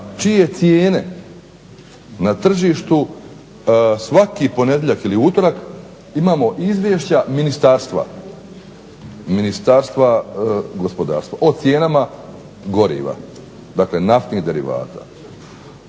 čije cijene na tržištu svaki ponedjeljak ili utorak imamo izvješća Ministarstva gospodarstva o cijenama goriva, dakle naftnih derivata.